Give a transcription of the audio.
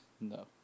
No